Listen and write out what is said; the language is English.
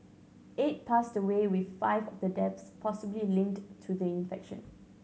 eight passed away with five of the deaths possibly linked to the infection